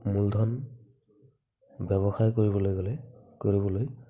মূলধন ব্যৱসায় কৰিবলৈ গ'লে কৰিবলৈ